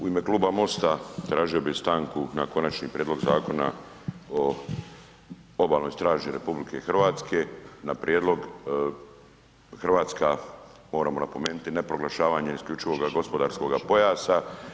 U ime Kluba MOST-a tražio bih stanku na Konačni prijedlog Zakona o obalnoj straži RH, na prijedlog Hrvatska moramo napomenuti ne proglašavanje isključivoga gospodarskoga pojasa.